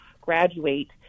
graduate